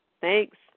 Thanks